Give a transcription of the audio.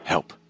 Help